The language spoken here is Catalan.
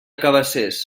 cabacés